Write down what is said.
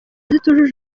zitujuje